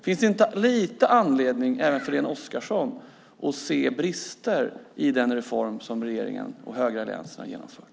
Finns det inte viss anledning även för Irene Oskarsson att se brister i den reform som regeringen och högeralliansen har genomfört?